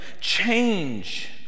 change